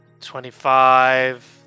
Twenty-five